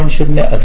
0 असेल